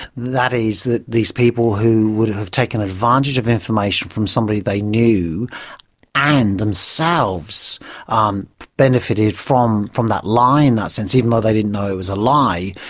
that is, that these people who would've taken advantage of information from somebody they knew and themselves um benefited from from that lie, in that sense, even though they didn't know it was a lie,